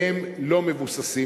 הם לא מבוססים.